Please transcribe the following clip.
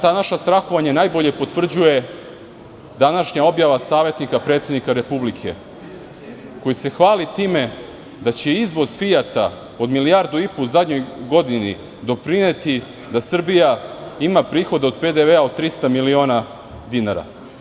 Ta naša strahovanja najbolje potvrđuje današnja objava savetnika predsednika Republike, koji se hvali time da će izvoz „Fijata“ od milijardu i po u zadnjoj godini doprineti da Srbija ima prihode od PDV od 13 miliona dinara.